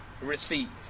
receive